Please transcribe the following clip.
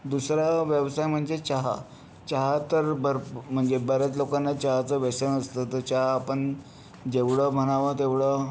दुसरा व्यवसाय म्हणजे चहा चहा तर भर म्हणजे बऱ्याच लोकांना चहाचं व्यसन असतं तर चहा आपण जेवढं म्हणावं तेवढं